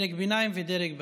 דרג ביניים ודרג בכיר.